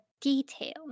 detail